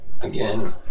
Again